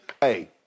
Hey